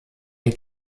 der